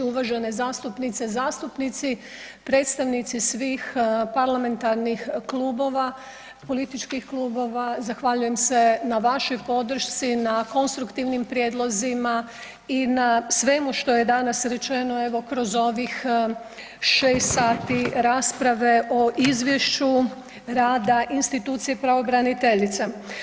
Uvažene zastupnice, zastupnici, predstavnici svih parlamentarnih klubova, političkih klubova zahvaljujem se na vašoj podršci, na konstruktivnim prijedlozima i na svemu što je danas rečeno kroz ovih 6 sati rasprave o Izvješću rada institucije pravobraniteljice.